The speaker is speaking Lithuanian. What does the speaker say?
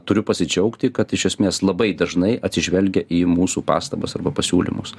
turiu pasidžiaugti kad iš esmės labai dažnai atsižvelgia į mūsų pastabas arba pasiūlymus